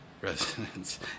Residents